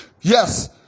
Yes